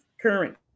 current